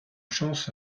chance